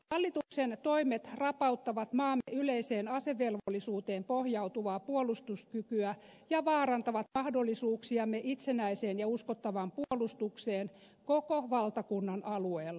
hallituksen toimet rapauttavat maamme yleiseen asevelvollisuuteen pohjautuvaa puolustuskykyä ja vaarantavat mahdollisuuksiamme itsenäiseen ja uskottavaan puolustukseen koko valtakunnan alueella